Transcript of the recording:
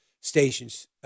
stations